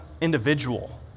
individual